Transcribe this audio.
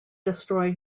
destroy